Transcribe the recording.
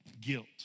guilt